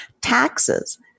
Taxes